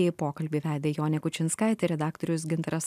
į pokalbį vedė jonė kučinskaitė redaktorius gintaras